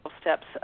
Steps